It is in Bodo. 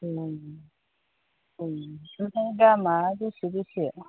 औ औ ओमफ्राय दामा बेसे बेसे